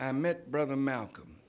i met brother malcolm